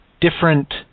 different